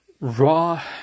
Raw